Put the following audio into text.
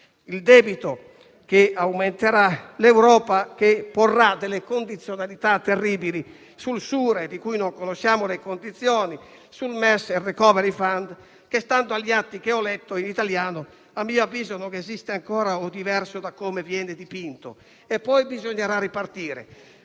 Il debito aumenterà, l'Europa porrà delle condizionalità terribili sul SURE, di cui non conosciamo le condizioni, sul MES e sul *recovery fund* che, stando agli atti che ho letto in italiano, a mio avviso non esiste ancora o è diverso da come viene dipinto. Poi bisognerà ripartire.